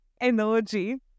energy